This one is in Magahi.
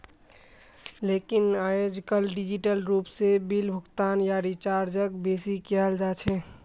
लेकिन आयेजकल डिजिटल रूप से बिल भुगतान या रीचार्जक बेसि कियाल जा छे